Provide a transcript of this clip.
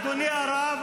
אדוני הרב,